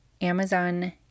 Amazon